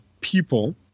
people